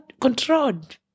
controlled